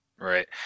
Right